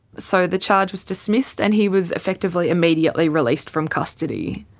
so the charge was dismissed and he was effectively immediately released from custody.